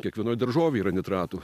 kiekvienoj daržovėj yra nitratų